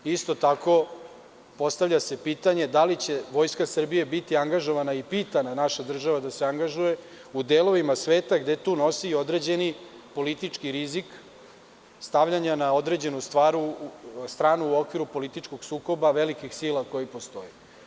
Isto tako, postavlja se pitanje da li će Vojska Srbije biti angažovana i pitana naša država da se angažuje u delovima svetu gde tu nosi i određeni politički rizik stavljanja na određenu stranu u okviru političkog sukoba velikih sila koji postoji?